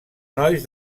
nois